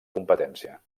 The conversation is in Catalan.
competència